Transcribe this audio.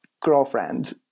girlfriend